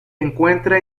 encuentra